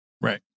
Right